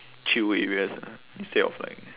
chill areas ah instead of like